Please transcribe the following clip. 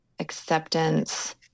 Acceptance